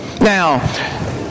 Now